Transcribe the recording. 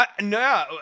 No